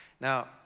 Now